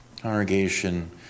Congregation